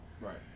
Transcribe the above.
Right